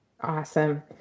Awesome